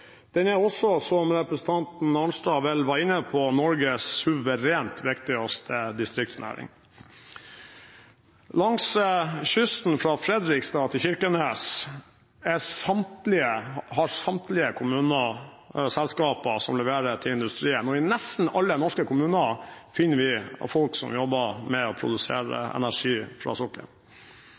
Den er også, som representanten Arnstad vel var inne på, Norges suverent viktigste distriktsnæring. Langs kysten, fra Fredrikstad til Kirkenes, har samtlige kommuner selskaper som leverer til industrien, og i nesten alle norske kommuner finner vi folk som jobber med å produsere energi fra sokkelen.